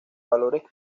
valores